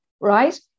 Right